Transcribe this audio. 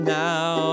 now